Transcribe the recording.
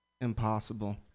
Impossible